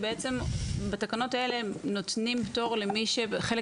כשבתקנות האלה נותנים פטור למי שבחלק